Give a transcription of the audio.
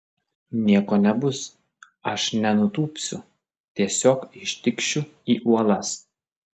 nieko nebus aš nenutūpsiu tiesiog ištikšiu į uolas